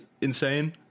insane